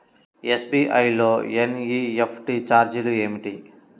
SBI లో NEFT ఛార్జీలు ఏమిటి?